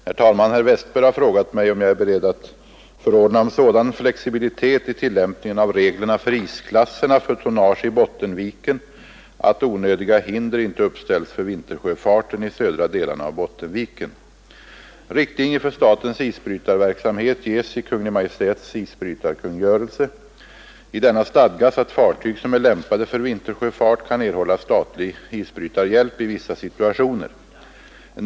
Herr talman! Herr Westberg i Ljusdal har frågat mig om jag är beredd att förordna om sådan flexibilitet i tillämpningen av reglerna för isklasserna för tonnage i Bottenviken att onödiga hinder inte uppställs för vintersjöfarten i de södra delarna av Bottenviken. Riktlinjer för statens isbrytarverksamhet ges i Kungl. Maj:ts isbrytarkungörelse. I denna stadgas att fartyg som är lämpade för vintersjöfart kan erhålla statlig isbrytarhjälp i vissa situationer.